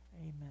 Amen